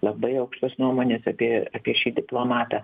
labai aukštos nuomonės apie apie šį diplomatą